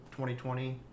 2020